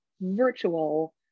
virtual